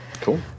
Cool